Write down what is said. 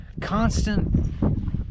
Constant